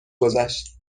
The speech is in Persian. گذشت